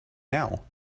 now